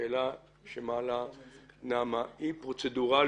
השאלה שנעמה מעלה היא פרוצדורלית,